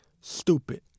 stupid